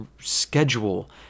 schedule